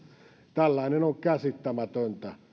tällainen on käsittämätöntä